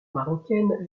marocaines